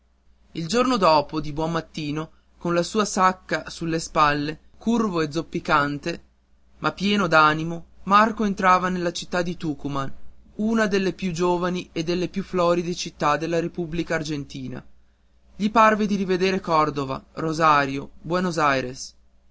il giorno dopo di buon mattino con la sua sacca sulle spalle curvo e zoppicante ma pieno d'animo marco entrava nella città di tucuman una delle più giovani e delle più floride città della repubblica argentina gli parve di rivedere cordova rosario buenos aires